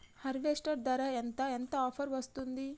Harvester ధర ఎంత ఎంత ఆఫర్ వస్తుంది?